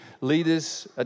leaders